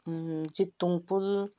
Chitung पुल